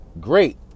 great